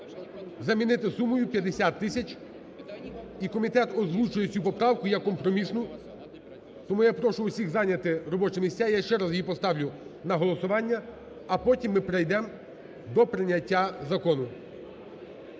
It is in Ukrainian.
замінити сумою 50 тисяч. І комітет озвучує цю поправку як компромісну. Тому я прошу усіх зайняти робочі місця, я ще раз її поставлю на голосування, а потім ми перейдем до прийняття закону.